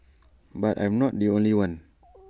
but I'm not the only one